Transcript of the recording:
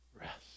rest